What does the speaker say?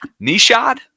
Nishad